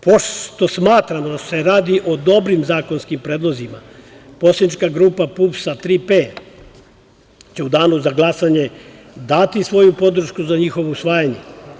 Pošto smatramo da se radi o dobrim zakonskim predlozima, poslanička grupa PUPS - „Tri P“ će u danu za glasanje dati svoju podršku za njihovo usvajanje.